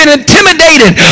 intimidated